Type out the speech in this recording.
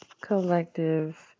collective